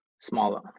smaller